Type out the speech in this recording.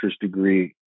degree